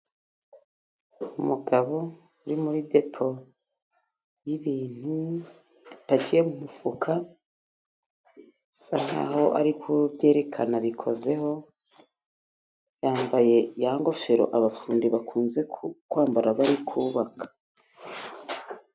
Umugabo uri muri depo y’ibintu bipakiye mu mifuka, asa nk’aho ariko byerekana abikozeho. Yambaye ya ngofero abafundi bakunze kwambara, bari kubaka.